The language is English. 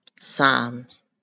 Psalms